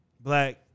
black